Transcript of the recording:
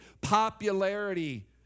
popularity